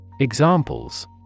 Examples